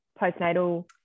postnatal